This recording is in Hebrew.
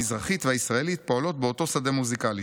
המזרחית והישראלית פועלות באותו שדה מוזיקלי,